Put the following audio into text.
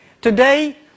Today